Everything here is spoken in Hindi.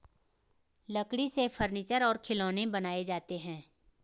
लकड़ी से फर्नीचर और खिलौनें बनाये जाते हैं